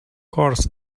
course